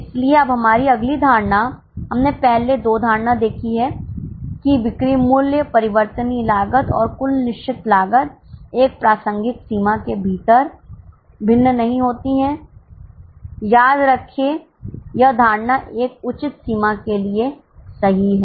इसलिए अब हमारी अगली धारणा हमने पहले दो धारणा देखी है कि बिक्री मूल्य परिवर्तनीय लागत और कुल निश्चित लागत एक प्रासंगिक सीमा के भीतर भिन्न नहीं होती है याद रखें यह धारणा एक उचित सीमा के लिए सही है